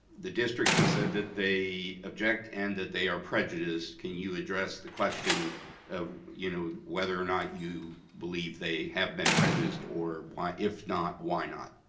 the district has said that they object and that they are prejudiced. can you address the question of you know whether or not you believe they have been prejudiced or why, if not, why not.